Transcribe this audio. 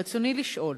רצוני לשאול: